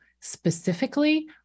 specifically